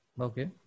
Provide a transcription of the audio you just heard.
Okay